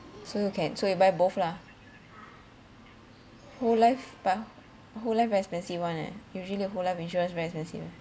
so you can so you buy both lah whole life but whole life very expensive one eh usually a whole life insurance very expensive